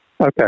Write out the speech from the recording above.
Okay